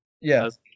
Yes